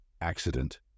Accident